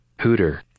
Hooter